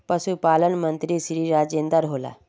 पशुपालन मंत्री श्री राजेन्द्र होला?